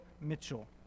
Mitchell